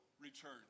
return